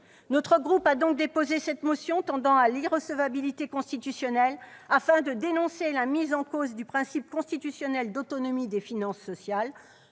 Notre groupe a donc déposé cette motion tendant à opposer l'exception d'irrecevabilité, afin de dénoncer la mise en cause du principe constitutionnel d'autonomie des finances sociales.